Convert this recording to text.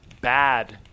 bad